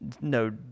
no